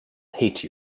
hate